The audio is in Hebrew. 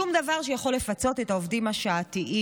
שום דבר שיכול לפצות את העובדים השעתיים.